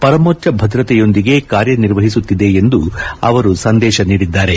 ಪರಮೋಚ್ಲ ಭದ್ರತೆಯೊಂದಿಗೆ ಕಾರ್ಯನಿರ್ವಹಿಸುತ್ತಿದೆ ಎಂದು ಅವರು ಸಂದೇಶ ನೀಡಿದ್ದಾರೆ